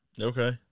Okay